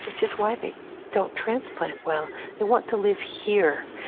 which is why they don't transplant well. they want to live here.